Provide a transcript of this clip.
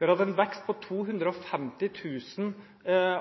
Vi har hatt en vekst på 250 000